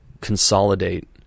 consolidate